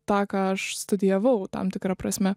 tą ką aš studijavau tam tikra prasme